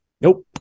Nope